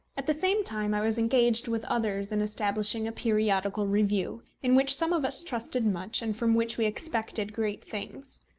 at the same time i was engaged with others in establishing a periodical review, in which some of us trusted much, and from which we expected great things.